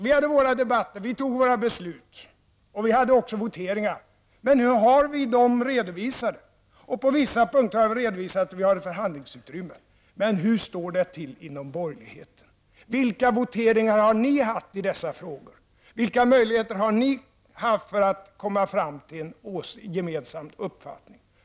Vi hade våra debatter, vi fattade våra beslut, och vi hade också voteringar. Nu har vi dem redovisade, och på vissa punkter har vi redovisat att vi har ett förhandlingsutrymme. Men hur står det till inom borgerligheten? Vilka voteringar har ni haft i dessa frågor? Vilka möjligheter har ni haft att komma fram till en gemensam uppfattning?